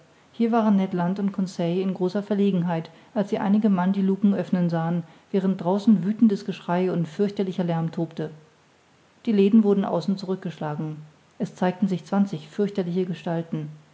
hier waren ned land und conseil in großer verlegenheit als sie einige mann die lucken öffnen sahen während draußen wüthendes geschrei und fürchterlicher lärm tobte die läden wurden außen zurück geschlagen es zeigten sich zwanzig fürchterliche gestalten